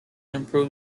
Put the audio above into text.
improve